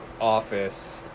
office